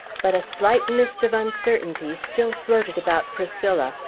but a slight mist of uncertainty still floated about priscilla,